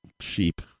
sheep